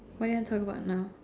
what you talk about now